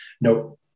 no